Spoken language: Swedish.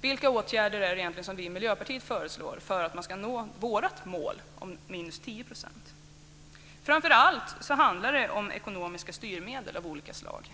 Vilka åtgärder föreslår vi i Miljöpartiet för att man ska nå vårt mål på 10 %? Framför allt handlar det om ekonomiska styrmedel av olika slag.